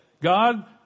God